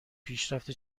پیشرفت